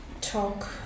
Talk